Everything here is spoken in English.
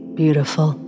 beautiful